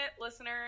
listeners